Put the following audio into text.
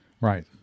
Right